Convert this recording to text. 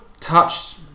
touched